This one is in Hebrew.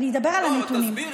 אני אדבר על הנתונים.